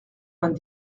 vingt